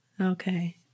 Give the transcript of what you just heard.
Okay